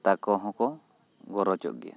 ᱛᱟᱠᱚ ᱦᱚᱸᱠᱚ ᱜᱚᱨᱚᱡᱚᱜ ᱜᱮᱭᱟ